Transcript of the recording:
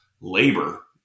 labor